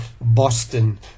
Boston